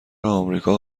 آمریکا